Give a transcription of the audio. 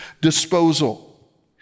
disposal